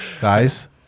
guys